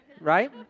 right